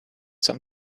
some